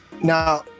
now